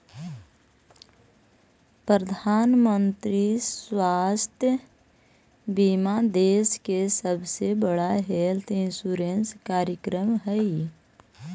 प्रधानमंत्री स्वास्थ्य बीमा देश के सबसे बड़ा हेल्थ इंश्योरेंस कार्यक्रम हई